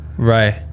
right